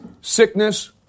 sickness